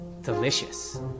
delicious